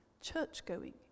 church-going